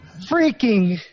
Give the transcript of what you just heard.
freaking